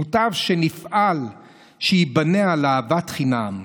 מוטב שנפעל שייבנה על אהבת חינם.